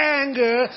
anger